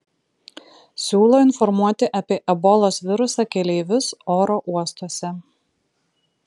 siūlo informuoti apie ebolos virusą keleivius oro uostuose